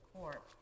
court